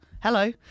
Hello